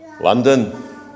London